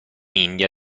india